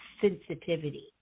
sensitivity